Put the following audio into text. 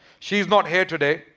she's not here today.